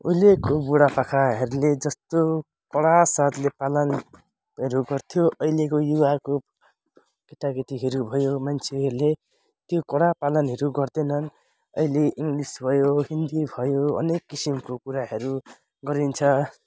उहिलेको बुढापाकाहरूले जस्तो कडा साथले पालनहरू गर्थ्यो अहिलेको युवाहरूको केटाकेटीहरू भयो मान्छेहरूले त्यो कडा पालनहरू गर्दैनन् अहिले इङ्लिस भयो हिन्दी भयो अनेक किसिमको कुराहरू गरिन्छ